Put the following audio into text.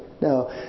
now